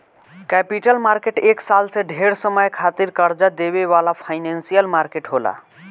capital market एक साल से ढेर समय खातिर कर्जा देवे वाला फाइनेंशियल मार्केट होला